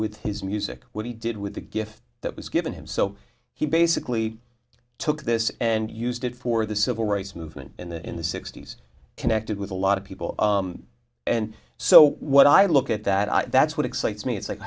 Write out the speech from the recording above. with his music what he did with the gift that was given him so he basically took this and used it for the civil rights movement in the sixty's connected with a lot of people and so what i look at that that's what excites me it's like